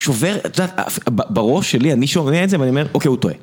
שובר את זה בראש שלי, אני שומע את זה ואומר, אוקיי, הוא טועה.